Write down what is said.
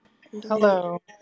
hello